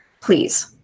Please